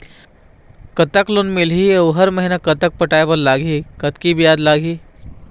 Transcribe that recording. कतक लोन मिलही अऊ हर महीना कतक पटाए बर लगही, कतकी ब्याज लगही?